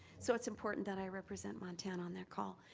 so it's important that i represent montana on their call.